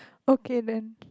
okay then